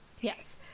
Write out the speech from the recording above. Yes